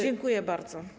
Dziękuję bardzo.